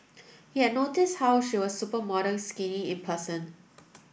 he had noticed how she was supermodel skinny in person